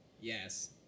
Yes